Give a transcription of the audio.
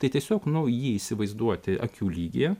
tai tiesiog nu jį įsivaizduoti akių lygyje